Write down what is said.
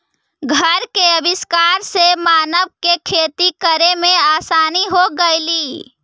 हर के आविष्कार से मानव के खेती करे में आसानी हो गेलई